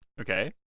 okay